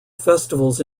festivals